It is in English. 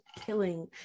killing